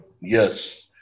Yes